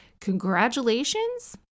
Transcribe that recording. congratulations